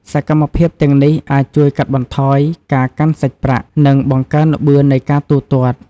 សកម្មភាពទាំងនេះ អាចជួយកាត់បន្ថយការកាន់សាច់ប្រាក់ និងបង្កើនល្បឿននៃការទូទាត់។